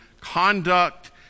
conduct